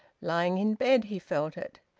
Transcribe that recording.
lying in bed he felt it.